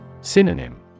Synonym